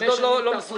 אשדוד לא מסודר.